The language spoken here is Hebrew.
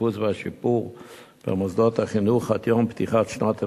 השיפוץ והשיפור במוסדות החינוך עד יום פתיחת שנת הלימודים,